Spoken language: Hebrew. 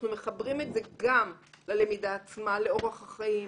אנחנו מחברים את זה גם ללמידה עצמה, לאורח החיים,